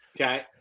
Okay